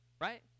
right